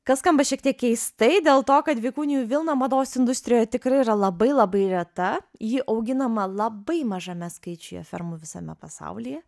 kas skamba šiek tiek keistai dėl to kad vikunijų vilna mados industrijoje tikrai yra labai labai reta ji auginama labai mažame skaičiuje fermų visame pasaulyje